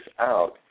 out